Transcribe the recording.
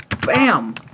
Bam